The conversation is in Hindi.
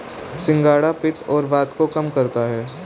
सिंघाड़ा पित्त और वात को कम करता है